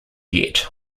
yet